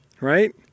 right